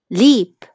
leap